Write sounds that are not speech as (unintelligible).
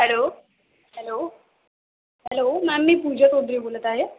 hello hello hello ma'am मी पूजा (unintelligible) बोलत आहे